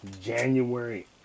January